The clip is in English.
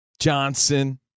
Johnson